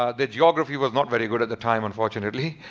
ah the geography was not very good at the time unfortunately.